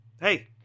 hey